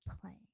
playing